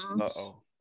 Uh-oh